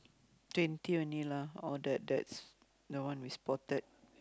twenty only lah all that that's the one we spotted